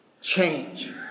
change